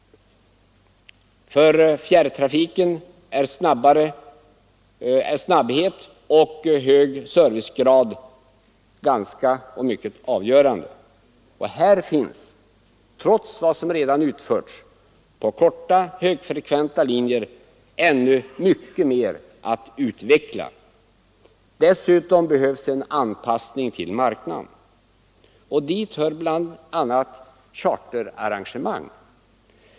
För fjärrtrafiken är snabbhet och hög servicegrad ganska avgörande och här kan, trots vad som redan gjorts på korta, högfrekventa linjer, mycket mer uträttas. Dessutom behövs en anpassning till marknaden. Dit hör bl.a. charterarrangemang.